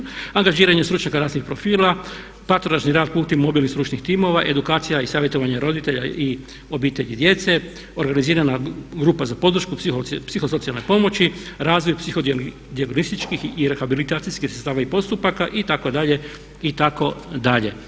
Angažiranje stručnjaka raznih profila, patronažni rad … i stručnih timova, edukacija i savjetovanje roditelja i obitelji i djece, organizirana grupa za podršku psihosocijalne pomoći, razvoj psihodijagnostičkih i rehabilitacijskih sredstava i postupaka itd. itd.